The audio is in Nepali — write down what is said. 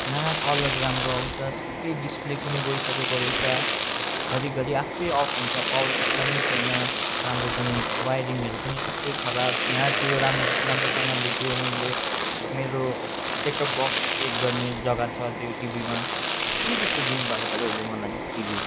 न कलर राम्रो आउँछ सबै डिस्प्ले पनि गइसकेको रहेछ घरी घरी आफै अफ हुन्छ पावर सिस्टमै छैन राम्रो पनि वाइरिङहरू पनि सबै खराब न त्यो राम्ररी राम्रोसँगले त्यो मैले मेरो सेटअप बक्स सेट गर्ने जग्गा छ त्यो टिभीमा के त्यस्तो दिनुभएको तपाईँले मलाई टिभी